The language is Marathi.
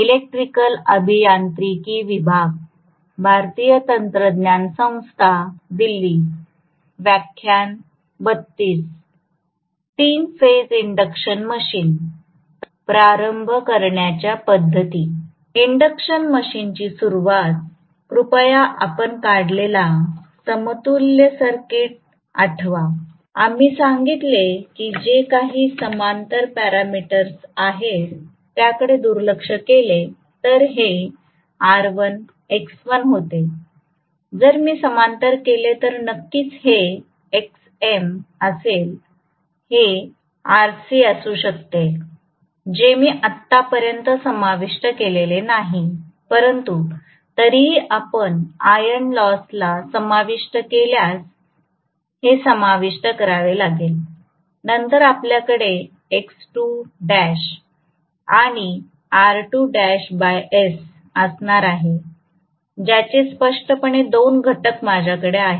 इंडक्शन मशीनची सुरूवात कृपया आपण काढलेला समतुल्य सर्किट आठवा आम्ही सांगितले की जे काही समांतर पॅरामीटर आहे त्याकडे दुर्लक्ष केले तर हे R1 X1 होते जर मी समांतर केले तर नक्कीच हे Xm असेल हे Rc असू शकते जे मी आतापर्यंत समाविष्ट केलेले नाही परंतु तरीही आपण आयर्न लॉस ला समाविष्ट केल्यास हे समाविष्ट करावे लागेल नंतर आपल्याकडे आणि s असणार आहे ज्याचे स्पष्टपणे दोन घटक माझ्याकडे आहेत